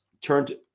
turned